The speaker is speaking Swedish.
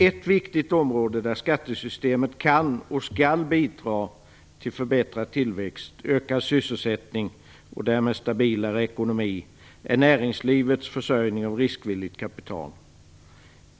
Ett viktigt område där skattesystemet kan och skall bidra till förbättrad tillväxt, ökad sysselsättning och därmed stabilare ekonomi är näringslivets försörjning med riskvilligt kapital.